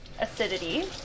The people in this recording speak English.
acidity